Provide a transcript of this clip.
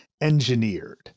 engineered